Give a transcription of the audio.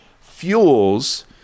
fuels